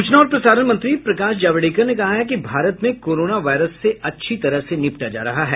सूचना और प्रसारण मंत्री प्रकाश जावड़ेकर ने कहा है कि भारत में कोरोना वायरस से अच्छी तरह से निपटा जा रहा है